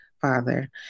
Father